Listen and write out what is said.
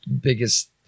biggest